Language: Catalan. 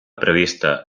prevista